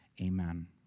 amen